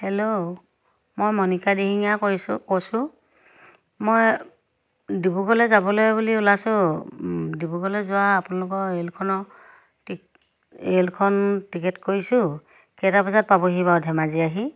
hello মই মনিকা দিহিঙীয়াই কৈছোঁ মই ডিব্ৰুগড়লে যাবলৈ বুলি ওলাইছোঁ ডিব্ৰুগড়লৈ যোৱা আপোনালোকৰ ৰে'লখনৰ ৰেলখন টিকেট কৰিছোঁ কেইটা বজাত পাবহি বাৰু ধেমাজি আহি